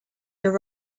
your